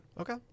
Okay